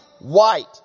white